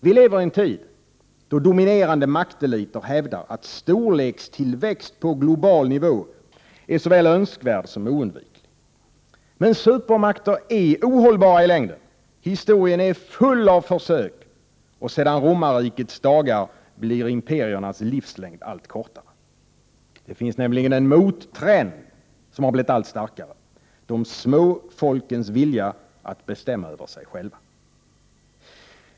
Vileverien tid då dominerande makteliter hävdar att storlekstillväxt på global nivå är såväl önskvärd som oundviklig. Men supermakter är ohållbara i längden. Historien är full av försök, och sedan romarrikets dagar blir imperiernas livslängd allt kortare. Det finns nämligen en mottrend som har blivit allt starkare: de små folkens vilja att bestämma över sig själva.